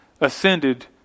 ascended